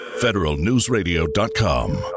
Federalnewsradio.com